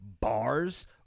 Bars